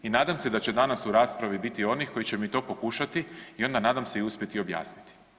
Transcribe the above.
I nadam se da će danas u raspravi biti onih koji će mi to pokušati, i onda nadam se, i uspjeti objasniti.